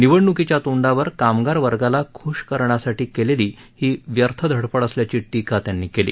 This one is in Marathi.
निवडणुकीच्या तोंडावर कामगार वर्गाला ख्ष करण्यासाठी केलेली ही व्यर्थ धडपड असल्याची टीका त्यांनी केली